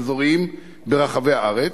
אזוריים ברחבי הארץ,